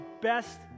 best